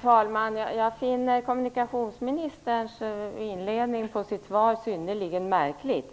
Herr talman! Jag finner inledningen på kommunikationsministerns svar synnerligen märklig.